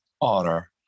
honor